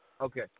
Okay